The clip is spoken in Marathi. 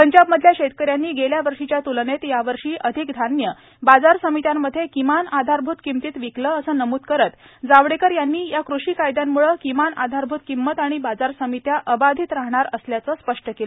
पंजाबमधल्या शेतकर्यांनी गेल्या वर्षीच्या तूलनेत यावर्षी अधिक धान्य बाजार समित्यांमध्ये किमान आधारभूत किमतीत विकलं असं नमूद करत जावडेकर यांनी या कृषी कायद्यांमुळे किमान आधारभूत किंमत आणि बाजार समित्या अबाधित राहणार असल्याचं स्पष्ट केलं